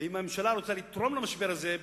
ואם הממשלה רוצה לתרום למשבר הזה,